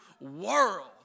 world